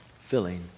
Filling